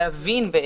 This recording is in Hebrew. להבין,